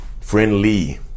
Friendly